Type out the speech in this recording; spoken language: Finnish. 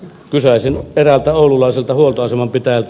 kysäisin eräältä oululaiselta huoltoaseman pitäjältä